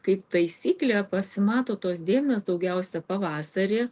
kaip taisyklė pasimato tos dėmės daugiausia pavasarį